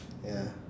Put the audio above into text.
ya